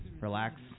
relax